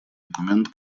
документ